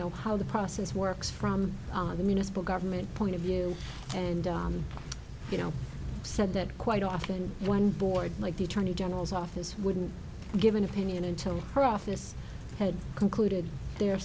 know how the process works from the municipal government point of view and you know said that quite often one board like the attorney general's office wouldn't give an opinion until her office had concluded their